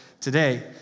today